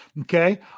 okay